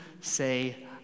say